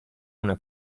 una